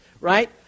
right